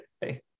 hey